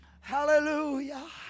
Hallelujah